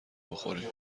بخوریم